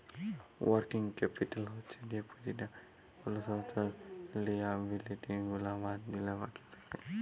working capital হচ্ছ যে পুঁজিটা কোলো সংস্থার লিয়াবিলিটি গুলা বাদ দিলে বাকি থাক্যে